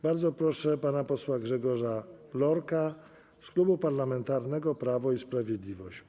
Bardzo proszę pana posła Grzegorza Lorka z Klubu Parlamentarnego Prawo i Sprawiedliwość.